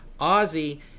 Ozzy